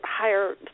higher